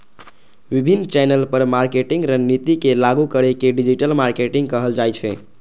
विभिन्न चैनल पर मार्केटिंग रणनीति के लागू करै के डिजिटल मार्केटिंग कहल जाइ छै